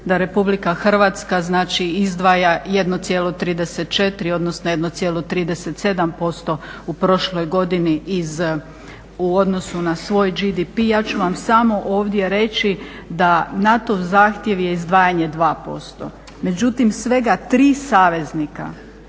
da RH izdvaja 1,34 odnosno 1,37% u prošloj godini u odnosu na svoj GDP. Ja ću vam samo ovdje reći da NATO-ov zahtjev je izdvajanje 2%. Međutim svega tri saveznika